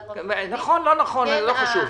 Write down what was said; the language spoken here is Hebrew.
נכון, לא נכון לא חשוב.